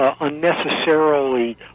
unnecessarily